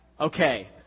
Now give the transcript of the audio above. Okay